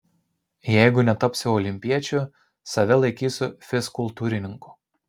jeigu netapsiu olimpiečiu save laikysiu fizkultūrininku